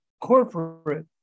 corporate